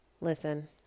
Listen